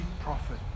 prophet